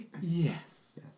Yes